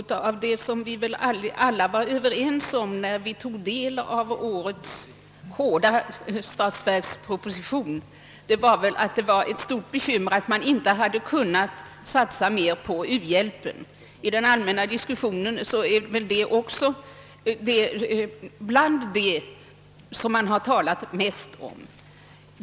Herr talman! Vi kunde väl alla, när vi tog del av årets hårda statsverksproposition, vara överens om att det innebar ett stort bekymmer att inte mera hade kunnat satsas på u-hjälpen, och detta är också något som man har talat mycket om.